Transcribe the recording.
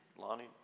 Lonnie